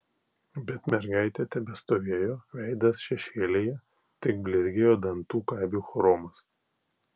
bet mergaitė tebestovėjo veidas šešėlyje tik blizgėjo dantų kabių chromas